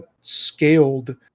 scaled